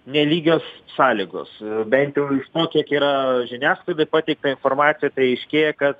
nelygios sąlygos bent jau na kiek yra žiniasklaidoj pateikta informacija tai aiškėja kad